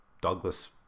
Douglas